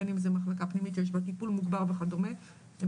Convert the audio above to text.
גם אם זה מחלקה פנימית וכדומה הן